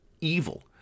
evil